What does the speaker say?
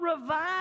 revive